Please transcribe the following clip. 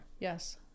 Yes